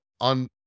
on